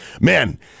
man